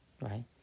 right